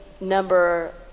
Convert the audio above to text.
number